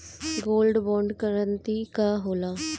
Gold bond करतिं का होला?